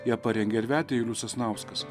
ją parengė ir vedė julius sasnauskas